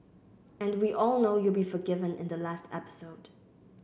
and we all know you'll be forgiven in the last episode